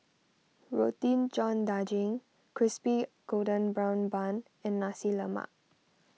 Roti John Daging Crispy Golden Brown Bun and Nasi Lemak